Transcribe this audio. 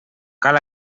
cal